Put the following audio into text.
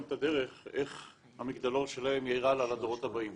הדרך איך המגדלור שלהם יאיר הלאה לדורות הבאים.